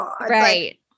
right